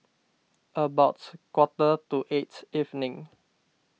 about quarter to eight evening